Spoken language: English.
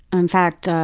and fact. ah